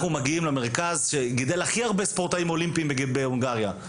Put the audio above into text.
אנחנו מגיעים למרכז שגידל הכי הרבה ספורטאים אולימפיים בהונגריה,